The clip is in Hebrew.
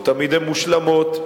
לא תמיד הן מושלמות.